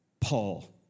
Paul